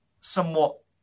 somewhat